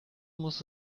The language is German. muss